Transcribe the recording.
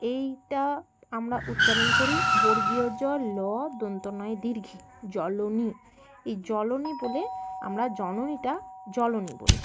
এইটা আমরা উচ্চারণ করি বর্গীয় জ ল দন্তন য এ দীর্ঘী জলনী এই জলন বলে আমরা জননটা জলনী বলি